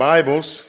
Bibles